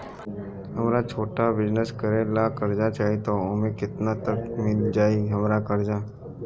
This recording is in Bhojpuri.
हमरा छोटा बिजनेस करे ला कर्जा चाहि त ओमे केतना तक मिल जायी हमरा कर्जा?